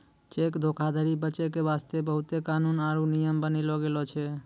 cheque धोखाधरी बचै के बास्ते बहुते कानून आरु नियम बनैलो गेलो छै